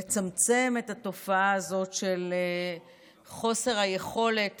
לצמצם את התופעה הזאת של חוסר היכולת